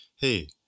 hey